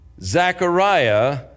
Zechariah